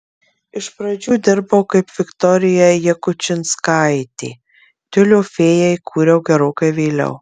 iš pradžių dirbau kaip viktorija jakučinskaitė tiulio fėją įkūriau gerokai vėliau